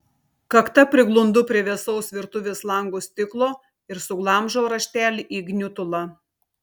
kakta priglundu prie vėsaus virtuvės lango stiklo ir suglamžau raštelį į gniutulą